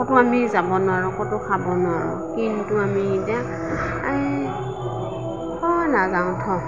ক'তো আমি যাব নোৱাৰোঁ ক'তো খাব নোৱাৰোঁ কিন্তু আমি এতিয়া এ থ নাযাওঁ থ